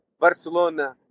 Barcelona